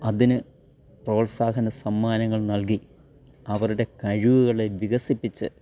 അതിനു പ്രോത്സാഹന സമ്മാനങ്ങൾ നൽകി അവരുടെ കഴിവുകളേ വികസിപ്പിച്ച്